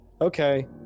Okay